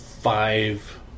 five